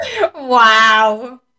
Wow